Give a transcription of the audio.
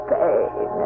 pain